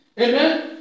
Amen